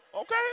okay